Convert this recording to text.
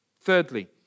Thirdly